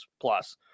plus